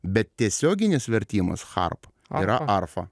bet tiesioginis vertimas arp yra arfa